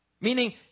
Meaning